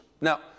Now